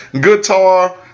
guitar